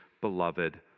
beloved